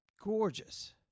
gorgeous